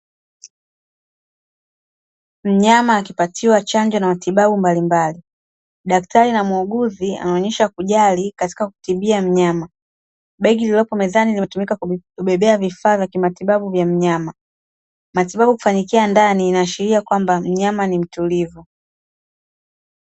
Mnyama akipatiwa chanjo na matibabu mbalimbali. Daktari na muuguzi wanaonesha kujali katika kutibia mnyama. Begi lililopo mezani limetumika kubebea vifaa vya kimatibabu vya mnyama. Matibabu kufanikia ndani uashiria mnyama ni mtulivu.